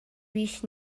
بیش